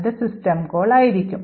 അത് system call ആയിരിക്കും